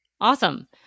Awesome